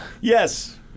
Yes